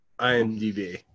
IMDb